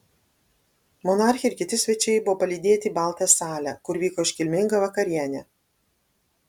monarchė ir kiti svečiai buvo palydėti į baltąją salę kur vyko iškilminga vakarienė